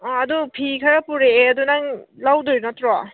ꯑꯥ ꯑꯗꯣ ꯐꯤ ꯈꯔ ꯄꯨꯔꯛꯑꯦ ꯑꯗꯣ ꯅꯪ ꯂꯧꯗꯣꯏ ꯅꯠꯇ꯭ꯔꯣ